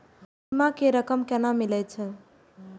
बीमा के रकम केना मिले छै?